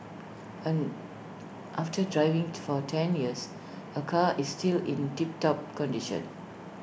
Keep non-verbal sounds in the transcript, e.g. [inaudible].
[hesitation] after driving for ten years her car is still in tiptop condition